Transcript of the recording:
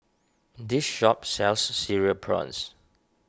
this shop sells Cereal Prawns